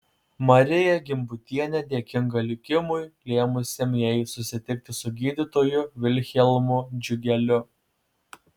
marija gimbutienė dėkinga likimui lėmusiam jai susitikti su gydytoju vilhelmu džiugeliu